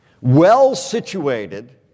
well-situated